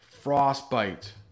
frostbite